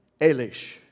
Elish